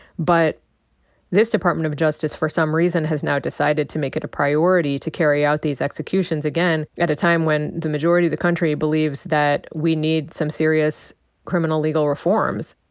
but this department of justice for some reason has now decided to make it a priority priority to carry out these executions, again, at a time when the majority of the country believes that we need some serious criminal legal reforms.